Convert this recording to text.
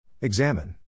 Examine